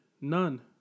None